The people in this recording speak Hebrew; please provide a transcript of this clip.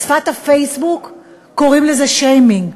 בשפת הפייסבוק קוראים לזה שיימינג,